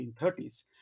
1930s